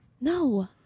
No